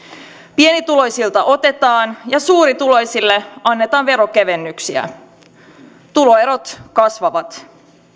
pienituloisilta otetaan ja suurituloisille annetaan veronkevennyksiä tuloerot kasvavat